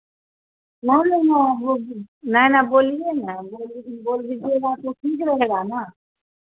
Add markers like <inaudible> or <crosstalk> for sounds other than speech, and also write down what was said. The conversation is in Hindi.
ना लेना है <unintelligible> नहीं ना बोलिए ना बोल बोल दीजिएगा तो ठीक रहेगा ना